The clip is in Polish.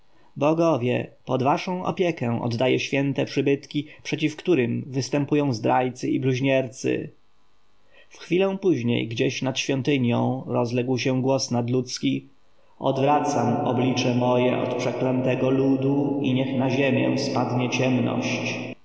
bogowie pod waszą opiekę oddaję święte przybytki przeciw którym występują zdrajcy i bluźniercy w chwilę później gdzieś nad świątynią rozległ się głos nadludzki odwracam oblicze moje od przeklętego ludu i niech na ziemię spadnie ciemność